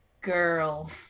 girl